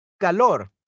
calor